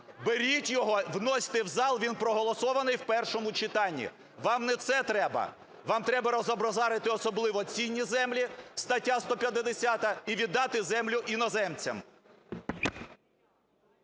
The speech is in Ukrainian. Беріть його, вносьте в зал, він проголосований в першому читанні. Вам не це треба. Вам треба розбазарити особливо цінні землі (стаття 150) і віддати землю іноземцям.